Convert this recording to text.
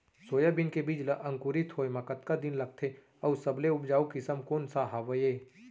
Soybean के बीज ला अंकुरित होय म कतका दिन लगथे, अऊ सबले उपजाऊ किसम कोन सा हवये?